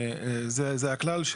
זה הכלל,